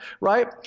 Right